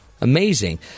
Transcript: Amazing